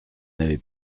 n’avez